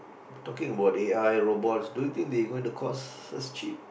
talking about A_I robots do you think they gonna cost us cheap